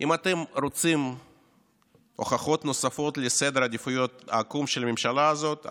אם אתם רוצים הוכחות נוספות לסדר העדיפויות העקום של הממשלה הזאת,